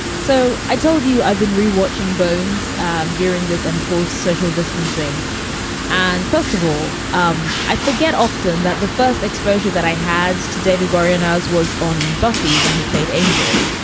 so i told you, i've been rewatching bones um during this and forced social distancing and festival. um i forget often that the first exposure that i had to david boreanaz was on buffy when he played angel.